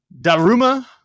Daruma